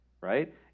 right